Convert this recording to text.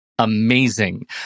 Amazing